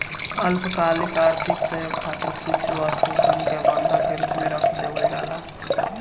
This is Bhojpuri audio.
अल्पकालिक आर्थिक सहयोग खातिर कुछ वस्तु सन के बंधक के रूप में रख देवल जाला